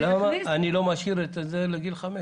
למה לא להשאיר את זה עד גיל חמש?